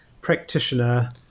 practitioner